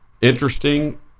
Interesting